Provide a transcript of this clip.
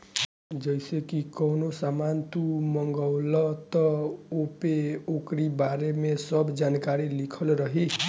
जइसे की कवनो सामान तू मंगवल त ओपे ओकरी बारे में सब जानकारी लिखल रहि